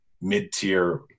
mid-tier